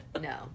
No